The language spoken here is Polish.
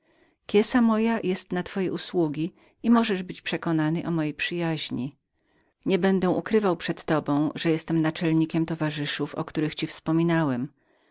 kiesa moja jest na twoje usługi i możesz być przekonanym o mojej przyjaźni nie będę ukrywał przed tobą że jestem naczelnikiem towarzyszów o których ci wspominałem